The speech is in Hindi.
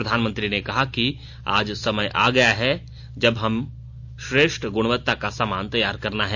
प्रधानमंत्री ने कहा कि आज समय आ गया है जब हमें श्रेष्ठ गुणवत्ता का सामान तैयार करना है